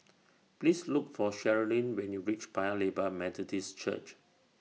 Please Look For Cherilyn when YOU REACH Paya Lebar Methodist Church